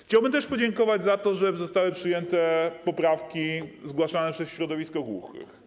Chciałbym też podziękować za to, że zostały przyjęte poprawki zgłaszane przez środowisko głuchych.